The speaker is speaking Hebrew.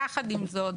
יחד עם זאת,